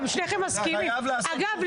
אגב,